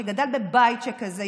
שגדל בבית כזה,